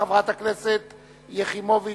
חברת הכנסת יחימוביץ,